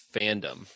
fandom